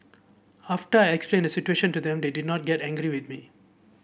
after I explain the situation to them they did not get angry with me